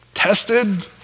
Tested